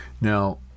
now